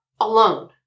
alone